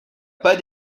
pas